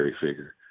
figure